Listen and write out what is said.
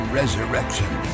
resurrection